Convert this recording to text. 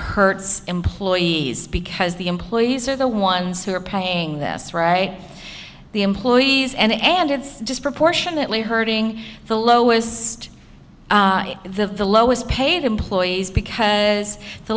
hurts employees because the employees are the ones who are paying this right the employees and and it's disproportionately hurting the lowest of the lowest paid employees because the